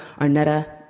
Arnetta